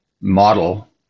model